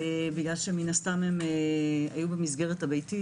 משום שמן הסתם הם היו במסגרת הביתית-